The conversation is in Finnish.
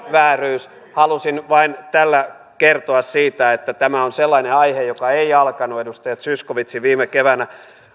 vääryys halusin vain tällä kertoa siitä että tämä on sellainen aihe joka ei alkanut edustaja zyskowiczin aloittamana viime keväänä